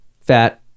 fat